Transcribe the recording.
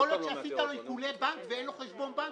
יכול להיות שעשית לו עיקולי בנק ואין לו חשבון בנק,